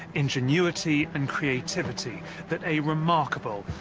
ingenuity and creativity that a remarkable,